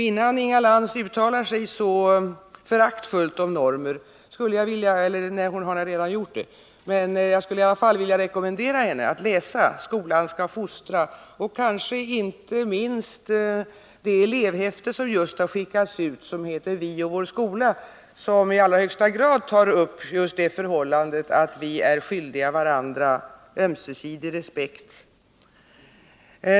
Innan Inga Lantz uttalar sig så föraktfullt om normer — ja, hon har ju nu redan gjort det — skulle jag i alla fall vilja rekommendera henne att läsa ”Skolan skall fostra” och kanske, och inte minst, det elevhäfte som just skall skickas ut och som heter Vi och vår skola, som i allra högsta grad tar upp just det förhållandet att vi är skyldiga varandra ömsesidig respekt.